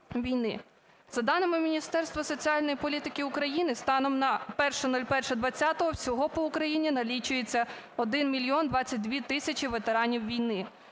За даними Міністерства соціальної політики України, станом на 01.01.2020 всього по Україні налічується 1 мільйон 22 тисячі ветеранів війни.